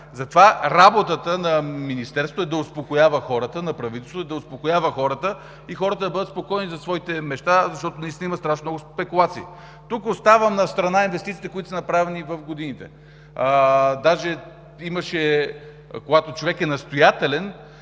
Затова работата на Министерството, на правителството е да успокоява хората и те да бъдат спокойни за своите неща, защото наистина има страшно много спекулации. Тук оставям настрана инвестициите, които са направени в годините. Даже, когато човек е настоятелен,